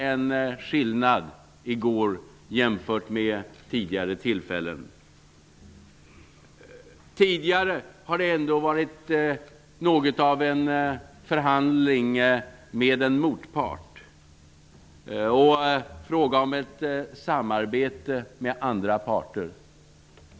Ändå tyckte jag att det jämfört med tidigare tillfällen förelåg en skillnad i går. Tidigare har det mer handlat om en förhandling med en motpart. Det har varit fråga om ett samarbete med andra parter.